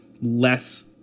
less